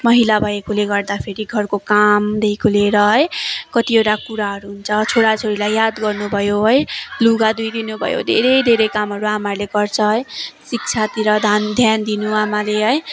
महिला भएकोले गर्दाफेरि घरको कामदेखिको लिएर है कतिवटा कुराहरू हुन्छ छोरा छोरीलाई याद गर्नुभयो है लुगा धोइदिनु भयो धेरै धेरै कामहरू आमाहरूले गर्छ है शिक्षातिर धान ध्यान दिनु आमाले है